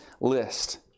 list